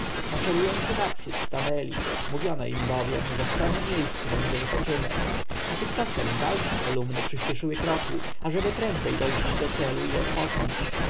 bardziej maszerujący naprzód stanęli mówiono im bowiem że w tem miejscu będzie wypoczynek a tymczasem dalsze kolumny przyśpieszyły kroku ażeby prędzej dojść do celu i odpocząć